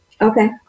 Okay